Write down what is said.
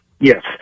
Yes